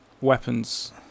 weapons